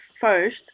first